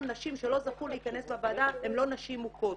נשים שלא זכו להכנס לוועדה הן לא נשים מוכות.